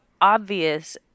obvious